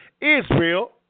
Israel